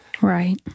Right